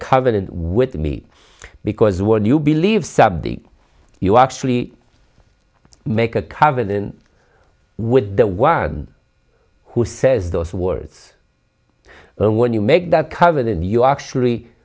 covenant with me because when you believe something you actually make a covenant with the one who says those words and when you make that covenant you actually